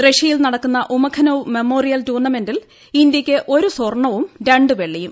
റഷ്യയിൽ നടക്കുന്ന Umakhanov memorial ടൂർണമെന്റിൽ ഇന്തൃയ്ക്ക് ഒരു സ്വർണവും രണ്ടു വെള്ളിയും